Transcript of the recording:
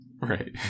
Right